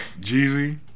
Jeezy